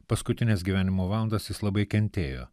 paskutines gyvenimo valandas jis labai kentėjo